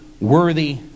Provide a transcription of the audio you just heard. worthy